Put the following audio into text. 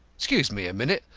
excuse me a minute,